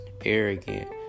arrogant